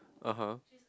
(uh huh)